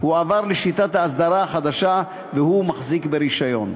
הוא עבר לשיטת האסדרה החדשה ומחזיק ברישיון.